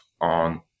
on